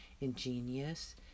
ingenious